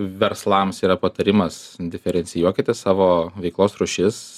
verslams yra patarimas diferencijuokite savo veiklos rūšis